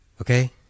Okay